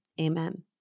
amen